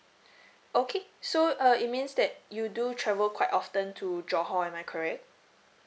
okay so uh it means that you do travel quite often to johor am I correct